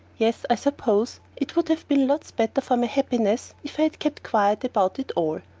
yes, i suppose it would have been lots better for my happiness if i had kept quiet about it all,